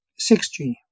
6G